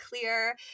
clear